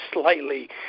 slightly